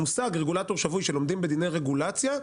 המושג רגולטור שבוי שלומדים בדיני רגולציה,